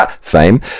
fame